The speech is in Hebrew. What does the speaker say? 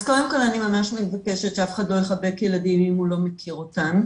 אז קודם כל אני ממש מבקשת שאף אחד לא יחבק ילדים אם הוא לא מכיר אותם.